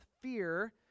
fear